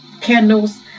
candles